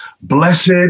Blessed